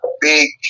big